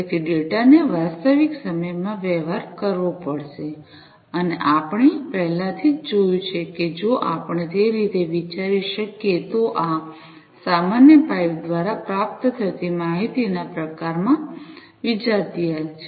તેથી ડેટાને વાસ્તવિક સમયમાં વ્યવહાર કરવો પડશે અને આપણે પહેલાથી જ જોયું છે કે જો આપણે તે રીતે વિચારી શકીએ તો આ સામાન્ય પાઇપ દ્વારા પ્રાપ્ત થતી માહિતીના પ્રકારમાં વિજાતીયતા છે